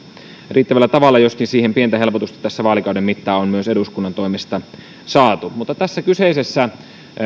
riittävällä tavalla joskin siihen pientä helpotusta tässä vaalikauden mittaan on myös eduskunnan toimesta saatu mutta tässä kyseisessä